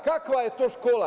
Kakva je to škola?